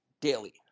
daily